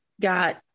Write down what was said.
got